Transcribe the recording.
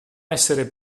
essere